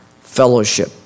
fellowship